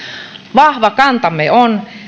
vahva kantamme on